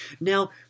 Now